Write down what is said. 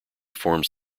forms